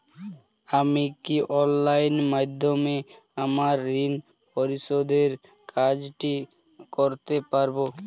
আমি কি অনলাইন মাধ্যমে আমার ঋণ পরিশোধের কাজটি করতে পারব?